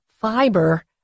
Fiber